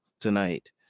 tonight